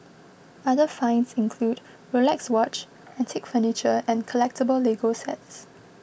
other finds include Rolex watch antique furniture and collectable Lego sets